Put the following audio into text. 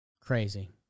crazy